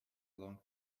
long